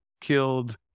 killed